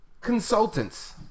Consultants